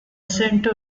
centre